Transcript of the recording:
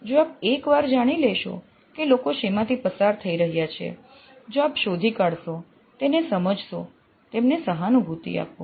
જો આપ એકવાર જાણી લેશો કે લોકો શેમાંથી પસાર થઈ રહ્યા છે જો આપ શોધી કાઢશો તેને સમજશો તેમને સહાનુભૂતિ આપો